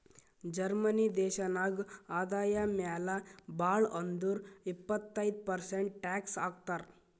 Germany ದೇಶನಾಗ್ ಆದಾಯ ಮ್ಯಾಲ ಭಾಳ್ ಅಂದುರ್ ಇಪ್ಪತ್ತೈದ್ ಪರ್ಸೆಂಟ್ ಟ್ಯಾಕ್ಸ್ ಹಾಕ್ತರ್